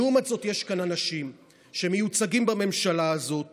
לעומת זאת, יש כאן אנשים שמיוצגים בממשלה הזאת